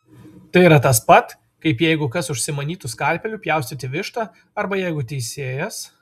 tai yra tas pat kaip jeigu kas užsimanytų skalpeliu pjaustyti vištą arba jeigu teisėjas